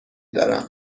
دارم